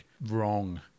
wrong